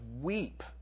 weep